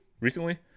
recently